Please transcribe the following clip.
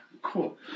Cool